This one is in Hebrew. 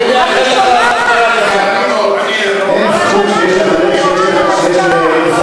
ועדת הפנים, הראשונה שאמרה שזה חוק